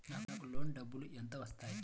నాకు లోన్ డబ్బులు ఎంత వస్తాయి?